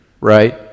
right